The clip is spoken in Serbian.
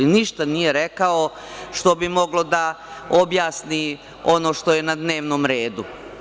Ništa nije rekao što bi moglo da objasni ono što je na dnevnom redu.